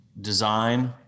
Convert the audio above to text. design